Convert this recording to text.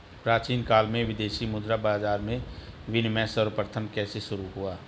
प्राचीन काल में विदेशी मुद्रा बाजार में विनिमय सर्वप्रथम कैसे शुरू हुआ?